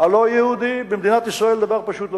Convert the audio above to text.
הלא-יהודי במדינת ישראל דבר פשוט.